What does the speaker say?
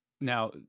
now